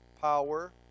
power